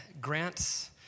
grants